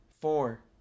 four